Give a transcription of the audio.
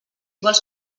vols